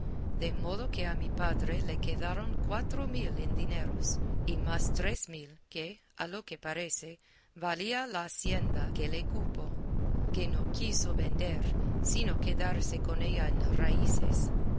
de modo que a mi padre le quedaron cuatro mil en dineros y más tres mil que a lo que parece valía la hacienda que le cupo que no quiso vender sino quedarse con ella en raíces